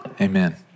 Amen